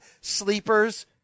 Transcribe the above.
sleepers